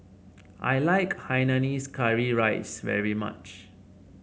I like Hainanese Curry Rice very much